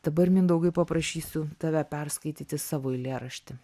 dabar mindaugai paprašysiu tave perskaityti savo eilėraštį